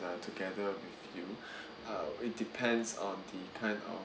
uh together with you uh it depends on the kind of